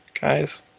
guys